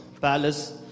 palace